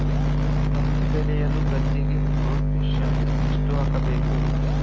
ಭತ್ತ ಬೆಳೆಯುವ ಗದ್ದೆಗೆ ಪೊಟ್ಯಾಸಿಯಂ ಎಷ್ಟು ಹಾಕಬೇಕು?